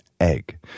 egg